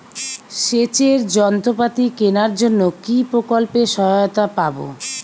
সেচের যন্ত্রপাতি কেনার জন্য কি প্রকল্পে সহায়তা পাব?